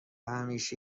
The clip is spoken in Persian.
همیشه